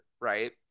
right